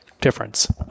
difference